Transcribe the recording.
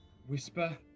whisper